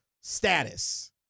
status